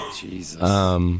Jesus